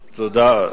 תודה.